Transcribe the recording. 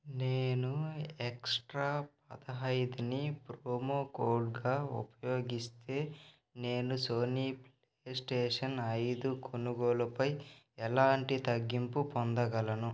నేను ఎక్స్ట్రా పదిహేనుని ప్రోమో కోడ్గా ఉపయోగిస్తే నేను సోనీ ప్లే స్టేషన్ ఐదు కొనుగోలుపై ఎలాంటి తగ్గింపు పొందగలను